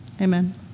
Amen